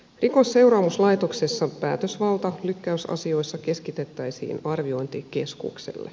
rikosseuraamuslaitoksessa päätösvalta lykkäysasioissa keskitettäisiin arviointikeskukselle